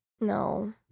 No